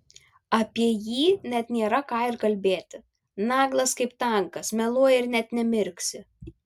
apie jį net nėra ką ir kalbėti naglas kaip tankas meluoja ir net nemirksi